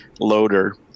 loader